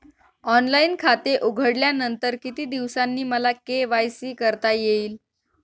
Online खाते उघडल्यानंतर किती दिवसांनी मला के.वाय.सी करता येईल?